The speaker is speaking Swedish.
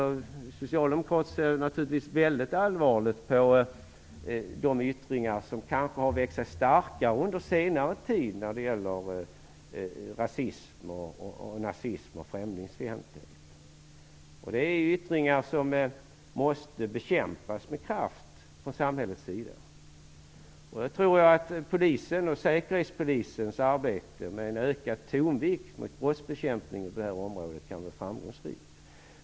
Socialdemokraterna ser naturligtvis mycket allvarligt på de yttringar som kanske har växt sig starkare under senare tid när det gäller rasism, nazism och främlingsfientlighet. Det är yttringar som med kraft måste bekämpas från samhällets sida. Jag tror att polisens och säkerhetspolisens arbete med en ökad tonvikt på brottsbekämpningen på det här området kan vara framgångsrikt.